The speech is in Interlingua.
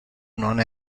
non